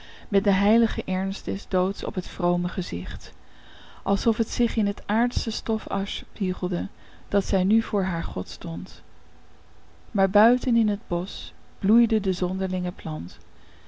met den heiligen ernst des doods op het vrome gezicht alsof het zich in het aardsche stof afspiegelde dat zij nu voor haar god stond maar buiten in het bosch bloeide de zonderlinge plant